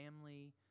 family